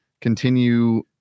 continue